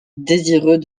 désireux